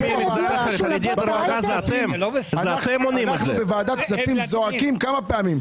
חברי ועדת כספים זועקים כמה פעמים.